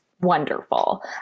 wonderful